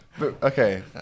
Okay